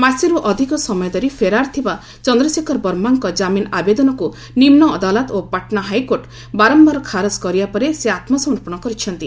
ମାସେରୁ ଅଧିକ ସମୟ ଧରି ଫେରାର୍ ଥିବା ଚନ୍ଦ୍ରଶେଖର ବର୍ମାଙ୍କ ଜାମିନ୍ ଆବେଦନକୁ ନିମ୍ନ ଅଦାଲତ ଓ ପାଟନା ହାଇକୋର୍ଟ ବାରମ୍ଭାର ଖାରଜ କରିବା ପରେ ସେ ଆତ୍ମସମର୍ପଣ କରିଛନ୍ତି